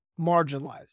marginalized